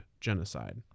genocide